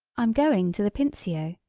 i am going to the pincio,